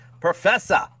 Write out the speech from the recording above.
Professor